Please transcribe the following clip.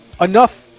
enough